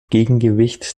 gegengewicht